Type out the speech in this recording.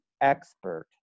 expert